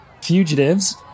fugitives